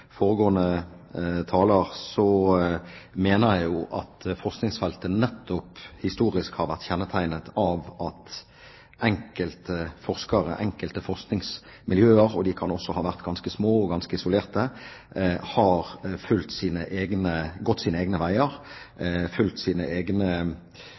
foregående taler mener jeg at forskningsfeltet historisk har vært kjennetegnet nettopp av at enkelte forskere og enkelte forskningsmiljøer, og de kan også ha vært ganske små og ganske isolert, har gått sine egne veier, fulgt sine egne